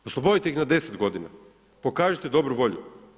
Oslobodite ih na 10 godina, pokažite dobru volju.